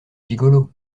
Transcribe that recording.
gigolo